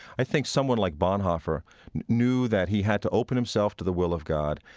i think someone like bonhoeffer knew that he had to open himself to the will of god.